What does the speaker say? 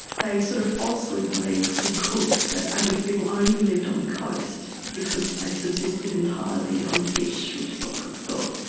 they sort of falsely believed from cook that aboriginal people only lived on the coast because they subsisted in entirely on fish, which is what cook thought.